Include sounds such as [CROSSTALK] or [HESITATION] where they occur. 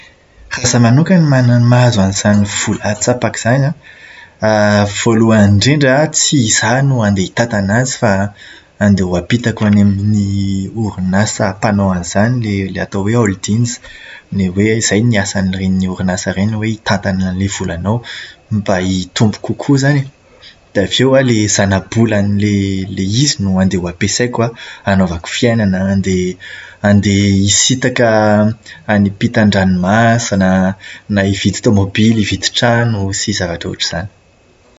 Raha izaho manokana mana- mahazo an'izany vola an-tsapaka izany an. [HESITATION] Voalohany indrindra, tsy izaho no andeha hitantana azy fa andeha ampitako any amin'ny orinasa mpanao an'izany ilay atao hoe "holdings". Hoa izay ny asan'ireny orinasa ireny hoe mitantana ny volana mba hitombo kokoa izany e. Dia avy eo ny zana-bolan'ilay ilay izy no andeha ho ampiasaiko an hanaovako fiainana, andeha hisintaka any ampitan-dranomasina, na hividy tomobila, hividy trano, sy ny zavatra ohatr'izany.